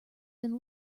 been